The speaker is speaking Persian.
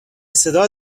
صدا